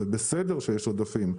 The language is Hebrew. זה בסדר שיש עודפים.